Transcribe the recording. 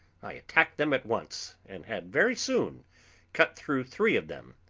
i attacked them at once and had very soon cut through three of them.